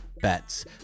bets